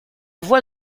voix